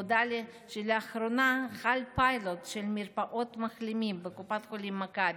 נודע לי שלאחרונה החל פיילוט של מרפאת מחלימים בקופת החולים מכבי.